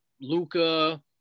Luca